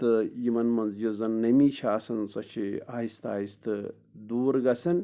تہٕ یِمن منٛز یۄس زن نٔمی چھِ آسان سۄ چھِ آہستہٕ آہِستہٕ دوٗر گژھان